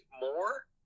more